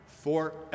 forever